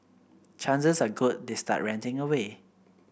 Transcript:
chances are good they start ranting away